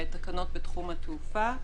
תקנות בתחום התעופה,